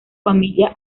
familia